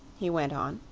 he went on.